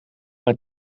mijn